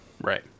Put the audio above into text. right